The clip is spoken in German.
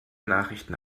nachrichten